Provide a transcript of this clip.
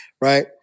right